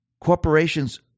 corporations